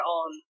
on